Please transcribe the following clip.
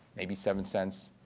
maybe seven cents